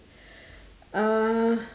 uh